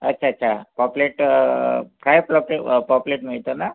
अच्छा अच्छा पॉपलेट फ्राय प्रॉपे पॉपलेट मिळतं ना